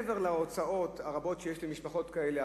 מעבר להוצאות הרבות שיש למשפחות כאלה,